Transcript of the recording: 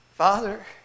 Father